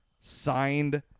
signed